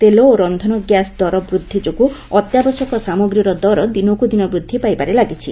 ତେଲ ଓ ରକ୍ଷନ ଗ୍ୟାସ୍ ଦର ବୃକ୍ଧି ଯୋଗୁଁ ଅତ୍ୟାବଶ୍ୟକ ସାମଗ୍ରୀର ଦର ଦିନକୁଦିନ ବୃଦ୍ଧି ପାଇବାରେ ଲାଗିଛି